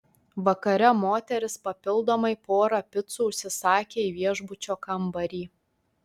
vakare moteris papildomai porą picų užsisakė į viešbučio kambarį